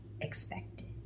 expected